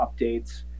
updates